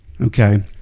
okay